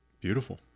Beautiful